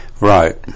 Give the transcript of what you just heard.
right